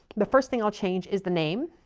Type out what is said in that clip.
the first thing i'll change is the name.